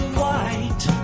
white